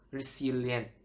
resilient